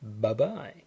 Bye-bye